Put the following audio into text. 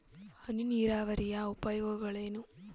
ಹನಿ ನೀರಾವರಿಯ ಉಪಯೋಗಗಳೇನು?